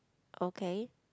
okay